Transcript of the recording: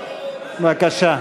בבקשה.